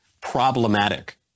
problematic